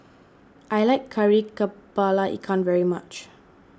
I like Kari Kepala Ikan very much